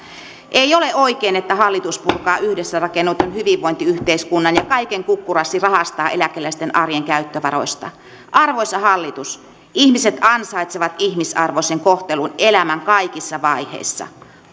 ei ole oikein että hallitus purkaa yhdessä rakennetun hyvinvointiyhteiskunnan ja kaiken kukkuraksi rahastaa eläkeläisten arjen käyttövaroista arvoisa hallitus ihmiset ansaitsevat ihmisarvoisen kohtelun elämän kaikissa vaiheissa